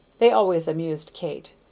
they always amused kate.